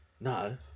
No